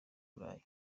burayi